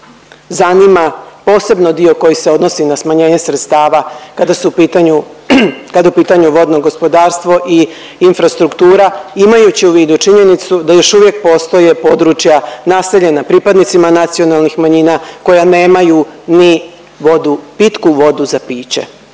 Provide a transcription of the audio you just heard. zanima posebno dio koji se odnosi na smanjenje sredstava kada su u pitanju, kad je u pitanju vodno gospodarstvo i infrastruktura imajući u vidu činjenicu da još uvijek postoje područja naseljena pripadnicima nacionalnih manjina koja nemaju ni vodu, pitku vodu za piće,